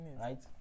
Right